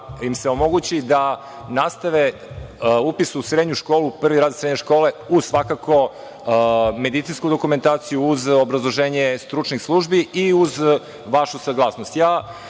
im se omogući da nastave upis u srednju školu, prvi razred srednje škole, uz svakako medicinsku dokumentaciju, uz obrazloženje stručnih službi i uz vašu saglasnost. Pre